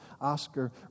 Oscar